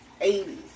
80s